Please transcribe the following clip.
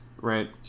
Right